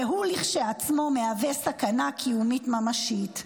והוא כשלעצמו מהווה סכנה קיומית ממשית".